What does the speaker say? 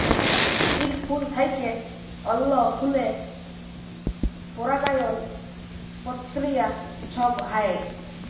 ইক ফুল থ্যাইকে অল্য ফুলে পরাগায়ল পক্রিয়া ছব হ্যয়